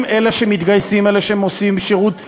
הם אלה שמתגייסים, אלה שהם עושים שירות קרבי,